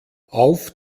auf